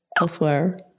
elsewhere